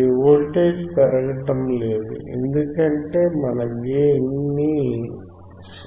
మీ voltage పెరగడం లేదు ఎందుకంటే మన గెయిన్ ని